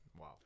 Wow